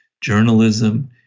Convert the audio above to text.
journalism